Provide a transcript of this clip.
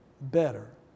Better